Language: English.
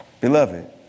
Beloved